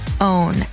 own